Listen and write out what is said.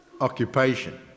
occupation